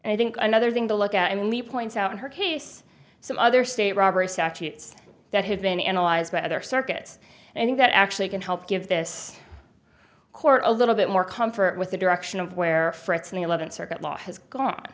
and i think another thing to look at i mean we point out in her case some other state robbery statutes that have been analyzed by other circuits and i think that actually can help give this court a little bit more comfort with the direction of where the eleventh circuit law has gone